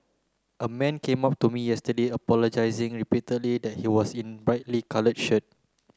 a man came up to me yesterday apologising repeatedly that he was in a brightly coloured shirt